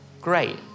Great